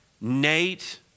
Nate